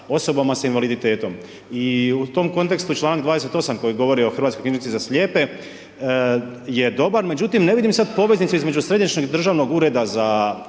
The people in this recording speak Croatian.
osoba s invaliditetom. I u tom kontekstu čl. 28. koji govori o Hrvatskoj knjižnici za slijepe, je dobar, međutim, ne vidim sada poveznicu između Središnjeg državnog ureda za